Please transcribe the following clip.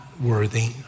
worthy